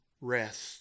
rest